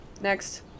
next